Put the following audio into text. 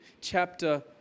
chapter